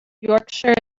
yorkshire